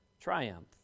triumph